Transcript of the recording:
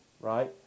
right